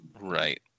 Right